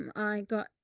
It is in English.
um i got,